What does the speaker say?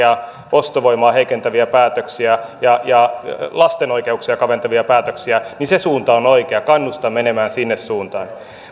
ostovoimaa heikentäviä päätöksiä ja lasten oikeuksia kaventavia päätöksiä niin se suunta on oikea ja kannustan menemään siihen suuntaan